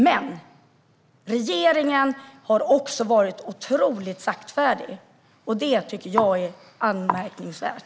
Men regeringen har också varit otroligt saktfärdig. Det tycker jag är anmärkningsvärt.